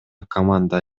команда